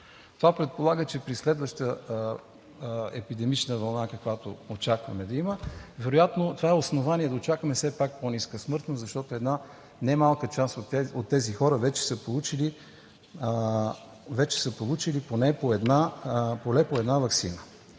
Това предполага, че при следваща епидемична вълна, каквато очакваме да има, вероятно това е основание да очакваме все пак по-ниска смъртност, защото една немалка част от тези хора вече са получили поне по една ваксина.